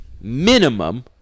minimum